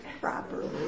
properly